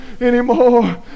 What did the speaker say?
anymore